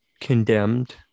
condemned